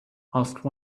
asked